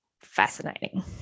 fascinating